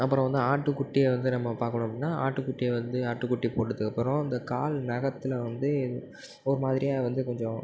அப்புறம் வந்து ஆட்டு குட்டியை வந்து நம்ம பார்க்கணும் அப்படினா ஆட்டு குட்டியை வந்து ஆட்டு குட்டி போட்டதுக்கு அப்புறம் இந்த கால் நகத்தில் வந்து ஒரு மாதிரியாக வந்து கொஞ்சம்